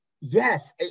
yes